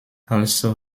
also